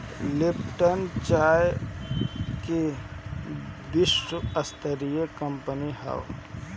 Lipton चाय के विश्वस्तरीय कंपनी हअ